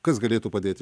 kas galėtų padėti